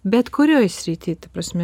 bet kurioj srity ta prasme